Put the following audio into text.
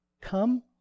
Come